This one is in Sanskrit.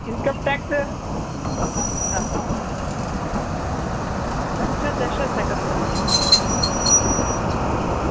इन्कम् ट्याक्स् हा प् पञ्चदशसहस्रमेव